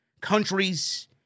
countries